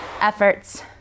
efforts